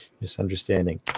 misunderstanding